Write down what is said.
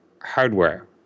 hardware